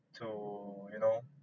to you know